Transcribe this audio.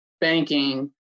banking